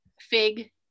fig